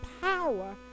power